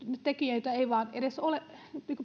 ei vain ole edes